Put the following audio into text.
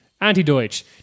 anti-Deutsch